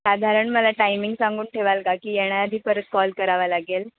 साधारण मला टायमिंग सांगून ठेवाल का की येण्याआधी परत कॉल करावा लागेल